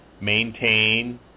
maintain